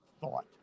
thought